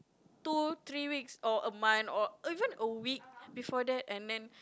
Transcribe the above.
two three weeks or a month or even a week before that and then